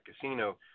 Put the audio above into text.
casino